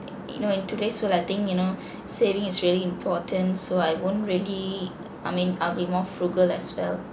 you know in today's world I think you know saving is really important so I won't really I mean I'll be more frugal as well